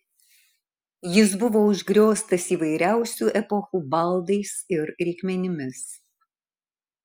jis buvo užgrioztas įvairiausių epochų baldais ir reikmenimis